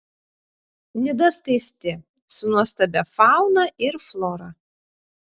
nida skaisti su nuostabia fauna ir flora